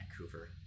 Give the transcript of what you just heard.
Vancouver